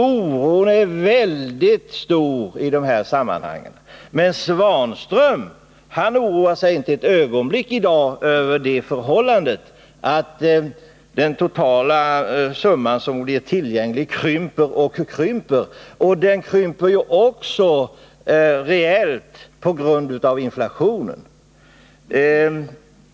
Oron är väldigt stor i det här sammanhanget, men herr Svanström oroar sig inte ett ögonblick i dag över det förhållandet att den totala summa som blir tillgänglig krymper och krymper. Den krymper också reellt på grund av inflationen.